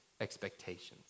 expectations